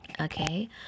okay